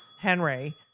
Henry